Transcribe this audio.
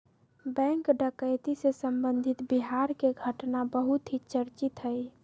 bank डकैती से संबंधित बिहार के घटना बहुत ही चर्चित हई